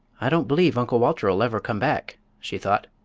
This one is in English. i don't b'lieve uncle walter'll ever come back, she thought.